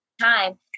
time